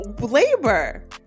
labor